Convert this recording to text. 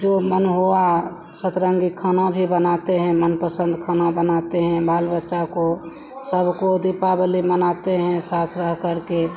जो मन हुआ सतरंगी खाना भी बनाते हैं मनपसन्द खाना बनाते हैं बाल बच्चा को सबको दीपावली मनाते हैं साथ रह करके